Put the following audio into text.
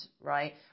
right